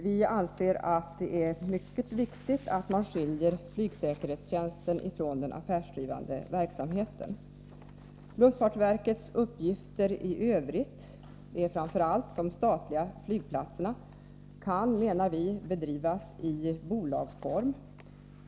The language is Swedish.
Vi anser att det är mycket viktigt att man skiljer flygsäkerhetstjänsten från den affärsdrivande verksamheten. Luftfartsverkets uppgifter, vad gäller de statliga flygplatserna, kan bedrivas i bolagsform, menar vi.